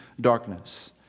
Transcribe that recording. darkness